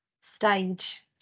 stage